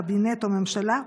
קבינט או ממשלה,